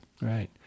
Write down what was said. Right